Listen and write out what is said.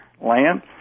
land